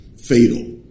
fatal